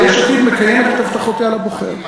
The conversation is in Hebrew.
ויש עתיד מקיימת את הבטחותיה לבוחר.